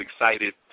excited